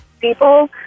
people